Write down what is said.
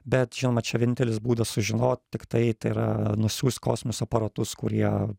bet žinoma čia vienintelis būdas sužinot tiktai tai yra nusiųst kosminius aparatus kurie